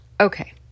Okay